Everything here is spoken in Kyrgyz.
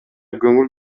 көңүл